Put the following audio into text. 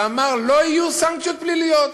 שאמר שלא יהיו סנקציות פליליות.